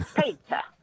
pizza